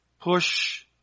push